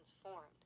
transformed